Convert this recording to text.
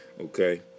okay